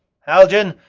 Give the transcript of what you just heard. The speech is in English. haljan,